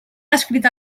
descrit